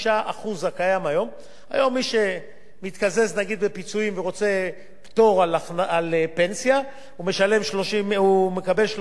מי שמתקזז נגיד בפיצויים ורוצה פטור על פנסיה מקבל 35% פטור.